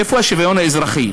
איפה השוויון האזרחי?